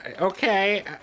okay